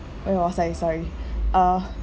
where was I sorry uh